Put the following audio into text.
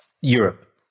Europe